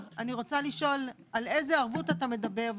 רוצה לשאול: על איזו ערבות אתה מדבר,